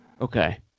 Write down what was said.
Okay